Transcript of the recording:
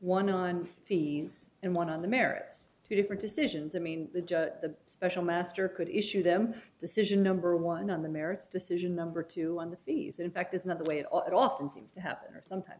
one on fees and one on the merits two different decisions i mean the special master could issue them decision number one on the merits decision number two on the fees in fact is not the way it often seems to happen or sometimes